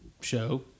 show